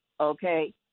okay